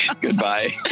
goodbye